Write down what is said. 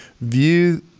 view